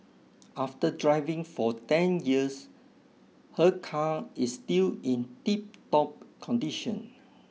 after driving for ten years her car is still in tiptop condition